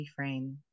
reframe